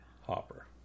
Hopper